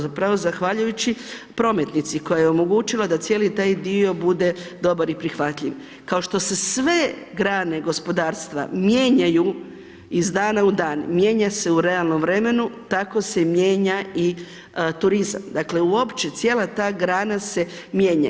Zapravo zahvaljujući prometnici koja je omogućila da cijeli taj dio bude dobar i prihvatljiv, kao što se sve grane gospodarstva mijenjaju iz dana u dan, mijenja se u realnom vremenom, tako se mijenja i turizam, dakle uopće cijela ta grana se mijenja.